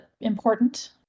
important